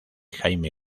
jaime